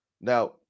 now